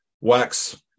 wax